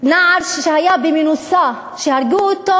נער שהיה במנוסה, שהרגו אותו